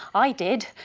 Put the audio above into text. i did!